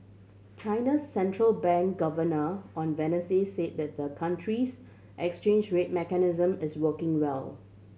China's central bank governor on Wednesday said the the country's exchange rate mechanism is working well